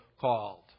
called